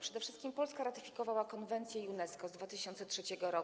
Przede wszystkim Polska ratyfikowała konwencję UNESCO z 2003 r.